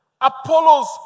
Apollos